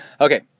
Okay